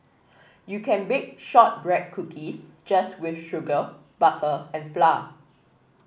you can bake shortbread cookies just with sugar butter and flour